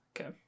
okay